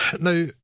Now